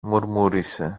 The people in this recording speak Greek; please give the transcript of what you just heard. μουρμούρισε